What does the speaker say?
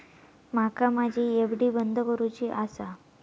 माका माझी एफ.डी बंद करुची आसा